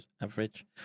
average